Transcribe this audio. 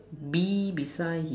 bee beside his